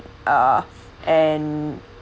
uh and